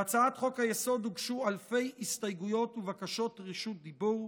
להצעת חוק-היסוד הוגשו אלפי הסתייגויות ובקשות רשות דיבור.